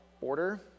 order